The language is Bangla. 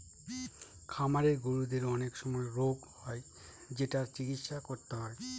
খামারের গরুদের অনেক সময় রোগ হয় যেটার চিকিৎসা করতে হয়